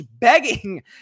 begging